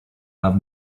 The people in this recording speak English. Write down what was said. have